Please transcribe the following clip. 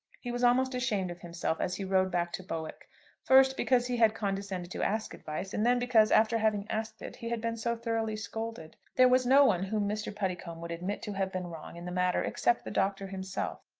he was almost ashamed of himself as he rode back to bowick first, because he had condescended to ask advice, and then because, after having asked it, he had been so thoroughly scolded. there was no one whom mr. puddicombe would admit to have been wrong in the matter except the doctor himself.